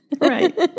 Right